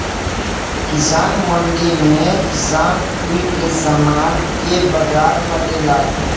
किसान मंडी में किसान कुल के समान के बाजार लगेला